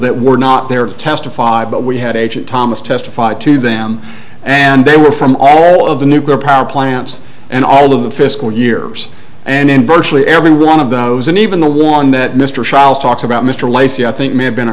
that were not there to testify but we had agent thomas testify to them and they were from all of the nuclear power plants and all of the fiscal year and in virtually every one of those and even the one that mr chiles talks about mr lacy i think may have been a